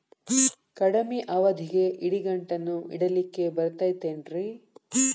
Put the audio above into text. ಕಡಮಿ ಅವಧಿಗೆ ಇಡಿಗಂಟನ್ನು ಇಡಲಿಕ್ಕೆ ಬರತೈತೇನ್ರೇ?